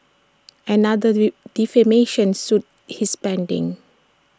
another defamation suit is pending